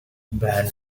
band